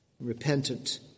repentant